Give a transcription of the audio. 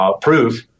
proof